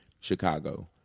Chicago